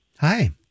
Hi